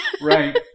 Right